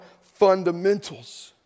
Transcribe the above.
fundamentals